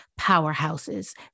powerhouses